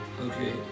Okay